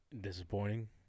disappointing